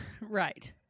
Right